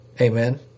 Amen